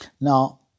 Now